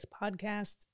podcast